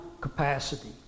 capacity